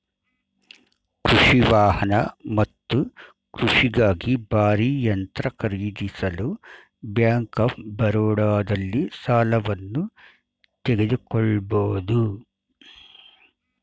ಕೃಷಿ ವಾಹನ ಮತ್ತು ಕೃಷಿಗಾಗಿ ಭಾರೀ ಯಂತ್ರ ಖರೀದಿಸಲು ಬ್ಯಾಂಕ್ ಆಫ್ ಬರೋಡದಲ್ಲಿ ಸಾಲವನ್ನು ತೆಗೆದುಕೊಳ್ಬೋದು